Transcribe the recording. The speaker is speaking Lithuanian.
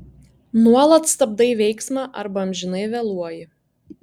nuolat stabdai veiksmą arba amžinai vėluoji